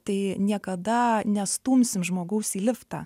tai niekada nestumsim žmogaus į liftą